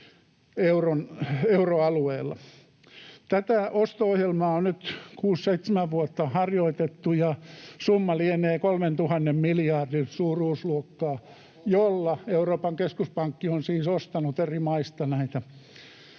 Tätä osto-ohjelmaa on nyt kuusi seitsemän vuotta harjoitettu, ja summa lienee kolmentuhannen miljardin suuruusluokkaa, jolla Euroopan keskuspankki on siis ostanut eri maista näitä